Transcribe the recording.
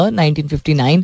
1959